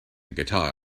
guitar